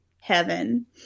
heaven